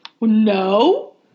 No